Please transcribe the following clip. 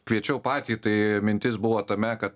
kviečiau patį tai mintis buvo tame kad